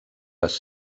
les